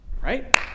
right